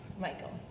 michael.